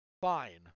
fine